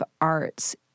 arts